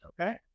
okay